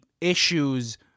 issues